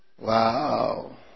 Wow